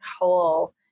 whole